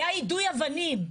היה יידוי אבנים.